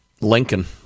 Lincoln